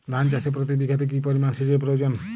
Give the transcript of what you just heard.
ধান চাষে প্রতি বিঘাতে কি পরিমান সেচের প্রয়োজন?